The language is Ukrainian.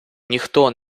ніхто